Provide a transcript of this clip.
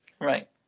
Right